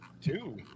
Two